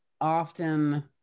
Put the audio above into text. often